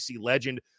legend